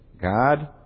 God